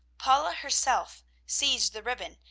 paula herself seized the ribbon,